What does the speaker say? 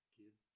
give